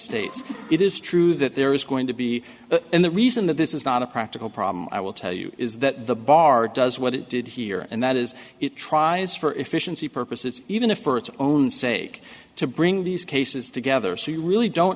states it is true that there is going to be and the reason that this is not a practical problem i will tell you is that the bar does what it did here and that is it tries for efficiency purposes even if for its own sake to bring these cases together so you really don't